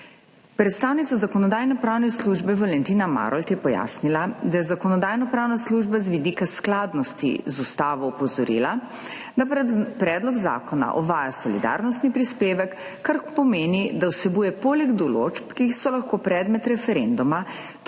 Predstavnica Zakonodajno-pravne službe Valentina Marolt je pojasnila, da je Zakonodajno-pravna služba z vidika skladnosti z Ustavo opozorila, da Predlog zakona uvaja solidarnostni prispevek, kar pomeni, da vsebuje poleg določb, ki so lahko predmet referenduma,